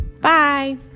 Bye